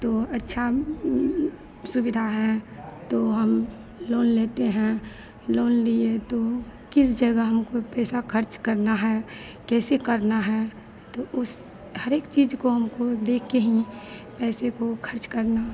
तो अच्छी सुविधा है तो हम लोन लेते हैं फिर लोन लिए तो किस जगह हमको ए पैसा ख़र्च करना है कैसे करना है तो उस हर एक चीज़ को हमको देखकर ही पैसे को ख़र्च करना